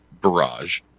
barrage